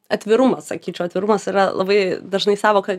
atvirumas sakyčiau atvirumas yra labai dažnai sąvoka